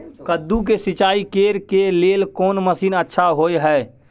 कद्दू के सिंचाई करे के लेल कोन मसीन अच्छा होय है?